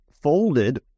folded